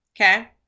okay